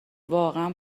واقعا